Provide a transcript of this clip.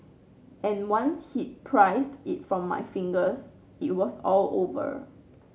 and once he'd prised it from my fingers it was all over